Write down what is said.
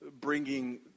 bringing